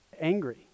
angry